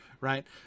right